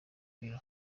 bureau